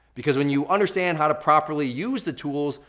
because when you understand how to properly use the tools,